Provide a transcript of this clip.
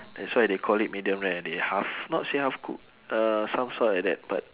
that's why they call it medium rare they half not say half cook uh some sort like that but